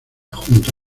junto